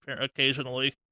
occasionally